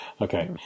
Okay